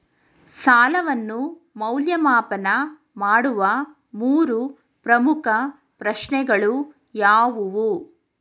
ಸಾಲವನ್ನು ಮೌಲ್ಯಮಾಪನ ಮಾಡುವ ಮೂರು ಪ್ರಮುಖ ಪ್ರಶ್ನೆಗಳು ಯಾವುವು?